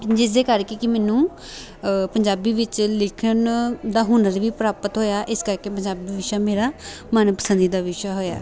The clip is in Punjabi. ਜਿਸ ਦੇ ਕਰਕੇ ਕਿ ਮੈਨੂੰ ਪੰਜਾਬੀ ਵਿੱਚ ਲਿਖਣ ਦਾ ਹੁਨਰ ਵੀ ਪ੍ਰਾਪਤ ਹੋਇਆ ਇਸ ਕਰਕੇ ਪੰਜਾਬੀ ਵਿਸ਼ਾ ਮੇਰਾ ਮਨਪਸੰਦੀ ਦਾ ਵਿਸ਼ਾ ਹੋਇਆ